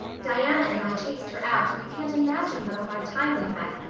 diana and i chased her out and you can't imagine what a hard time we had.